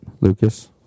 Lucas